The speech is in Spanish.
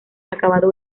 acabado